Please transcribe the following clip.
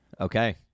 okay